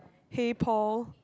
hey Paul